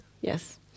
Yes